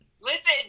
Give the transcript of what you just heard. Listen